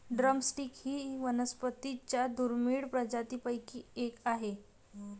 drum stick ही वनस्पतीं च्या दुर्मिळ प्रजातींपैकी एक आहे